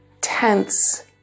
tense